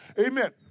amen